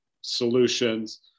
solutions